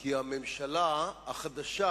כי הממשלה החדשה